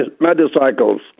motorcycles